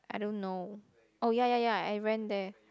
I don't know oh ya ya ya I ran there